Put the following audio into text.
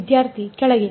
ವಿದ್ಯಾರ್ಥಿ ಕೆಳಗೆ